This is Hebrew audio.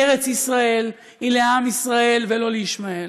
ארץ ישראל היא לעם ישראל ולא לישמעאל.